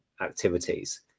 activities